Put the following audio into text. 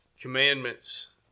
commandments